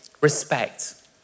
Respect